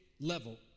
level